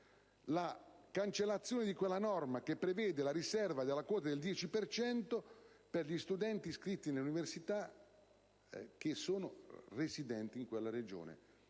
la cancellazione di quella norma che prevede la riserva della quota del 10 per cento per gli studenti iscritti all'università che sono residenti in quella Regione;